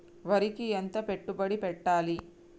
వరికి ఎంత పెట్టుబడి పెట్టాలి?